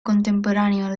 contemporáneo